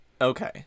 okay